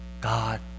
God